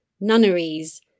nunneries